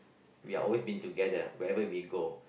we are always been together wherever we go